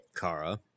Kara